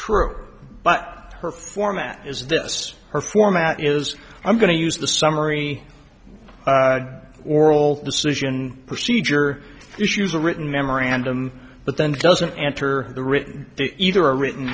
true but her format is this her format is i'm going to use the summary or all decision procedure issues a written memorandum but then doesn't enter the written either a written